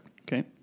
Okay